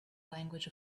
language